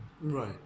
Right